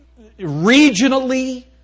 regionally